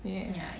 ya